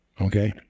Okay